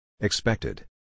Expected